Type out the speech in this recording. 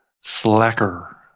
Slacker